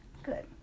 good